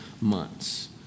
months